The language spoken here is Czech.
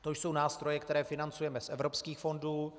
To jsou nástroje, které financujeme z evropských fondů.